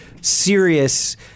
serious